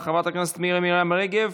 חברת הכנסת מירי מרים רגב,